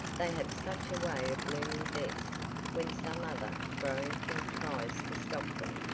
they have such a way of blooming best when some other growing thing tries to stop them.